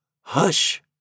Hush